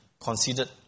considered